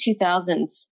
2000s